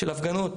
של הפגנות,